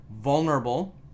vulnerable